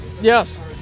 Yes